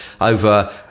over